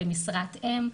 למשרת אם.